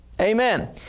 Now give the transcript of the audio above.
Amen